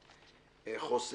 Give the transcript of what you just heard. ולעולם חוסן.